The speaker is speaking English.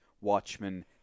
Watchmen